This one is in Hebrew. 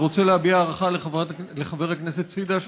אני רוצה להביע הערכה לחבר הכנסת סידה,